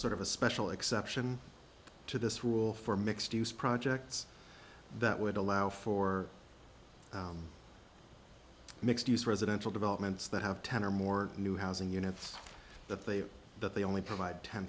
sort of a special exception to this rule for mixed use projects that would allow for mixed use residential developments that have ten or more new housing units that they that they only provide ten